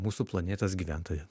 mūsų planetos gyventoja